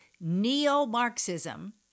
Neo-Marxism